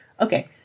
okay